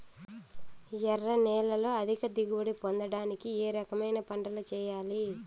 ఎర్ర నేలలో అధిక దిగుబడి పొందడానికి ఏ రకమైన పంటలు చేయాలి?